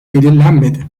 belirlenmedi